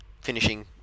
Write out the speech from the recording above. finishing